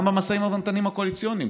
גם במשאים ומתנים הקואליציוניים,